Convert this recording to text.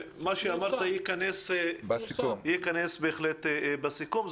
מה שאמרת בהחלט ייכנס לסיכום.